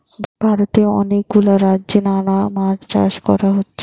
ভারতে অনেক গুলা রাজ্যে নানা মাছ চাষ কোরা হচ্ছে